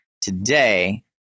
Today